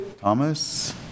thomas